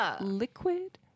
liquid